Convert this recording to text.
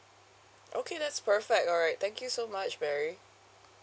okay that's perfect alright thank you so much mary